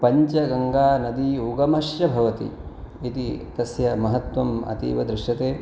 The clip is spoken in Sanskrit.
पञ्चगङ्गानदी उगमश्च भवति इति तस्य महत्वम् अतीव दृश्यते